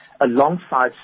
alongside